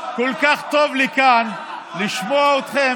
כל כך טוב לי כאן לשמוע אתכם,